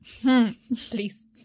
Please